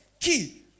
Key